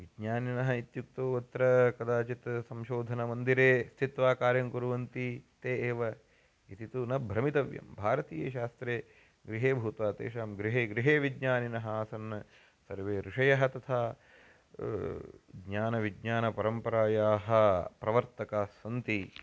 विज्ञानिनः इत्युक्तौ अत्र कदाचित् संशोधनमन्दिरे स्थित्वा कार्यं कुर्वन्ति ते एव इति तु न भ्रमितव्यं भारतीयशास्त्रे गृहे भूत्वा तेषां गृहे गृहे विज्ञानिनः आसन् सर्वे ऋषयः तथा ज्ञानविज्ञानपरम्परायाः प्रवर्तकास्सन्ति